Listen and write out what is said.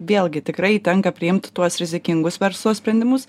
vėlgi tikrai tenka priimt tuos rizikingus verslo sprendimus